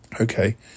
Okay